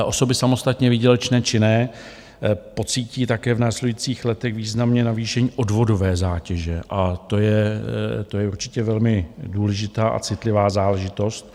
Osoby samostatně výdělečně činné pocítí také v následujících letech významně navýšení odvodové zátěže, a to je určitě velmi důležitá a citlivá záležitost.